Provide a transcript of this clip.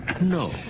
No